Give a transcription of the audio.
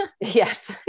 Yes